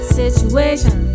situation